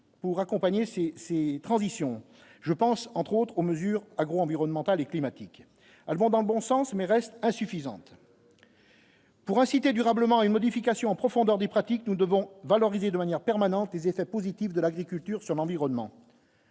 pour accompagner c'est c'est transition je pense entre autres mesures agro-environnementales et climatiques vont dans le bon sens mais restent insuffisantes. Pour inciter durablement une modification en profondeur des pratiques, nous devons valoriser de manière permanente les effets positifs de l'Agriculture, sur l'environnement.